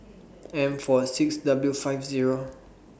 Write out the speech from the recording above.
M four six W five Zero